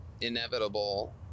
inevitable